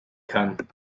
kann